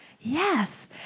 yes